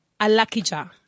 Alakija